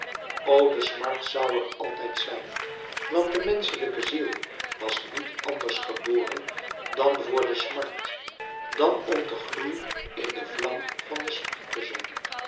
de smart zoû er altijd zijn want de menschelijke ziel was niet anders geboren dan voor de smart dan om te gloeien in de vlam van de smartezon